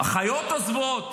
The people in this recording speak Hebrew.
אחיות עוזבות.